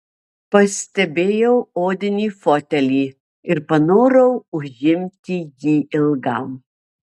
pastebėjau odinį fotelį ir panorau užimti jį ilgam